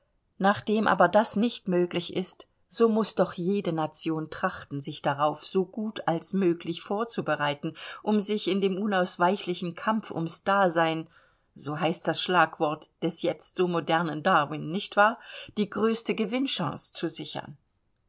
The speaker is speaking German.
nachdem aber das nicht möglich ist so muß doch jede nation trachten sich darauf so gut als möglich vorzubereiten um sich in dem unausweichlichen kampf ums dasein so heißt das schlagwort des jetzt so modernen darwin nicht wahr die größte gewinnchance zu sichern